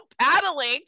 paddling